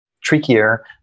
trickier